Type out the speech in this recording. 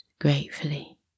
gratefully